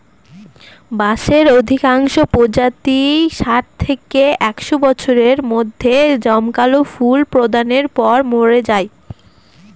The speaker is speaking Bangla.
বাঁশের অধিকাংশ প্রজাতিই ষাট থেকে একশ বছরের মধ্যে জমকালো ফুল প্রদানের পর মরে যায়